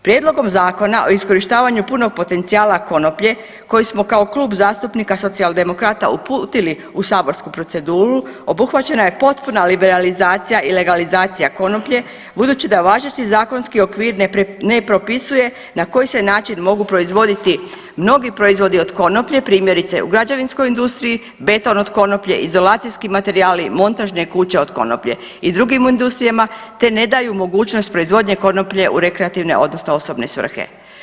Prijedlogom zakona o iskorištavanju punog potencijala konoplje koji smo kao Klub zastupnika Socijaldemokrata uputili u saborsku proceduru omogućena je potpuna liberalizacija i legalizacija konoplje budući da važeći zakonski okvir ne propisuje na koji se način mogu proizvoditi mnogi proizvodi od konoplje primjerice u građevinskoj industriji, beton od konoplje, izolacijski materijali, montažne kuće od konoplje i drugim industrijama, te ne daju mogućnost proizvodnje konoplje u rekreativne, odnosno osobne svrhe.